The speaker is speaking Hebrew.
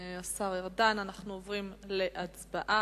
השר ארדן, אנחנו עוברים להצבעה.